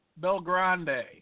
Belgrande